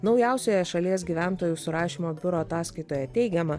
naujausioje šalies gyventojų surašymo biuro ataskaitoje teigiama